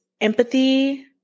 empathy